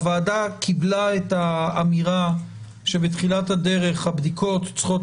הוועדה קיבלה את האמירה שבתחילת הדרך הבדיקות צריכות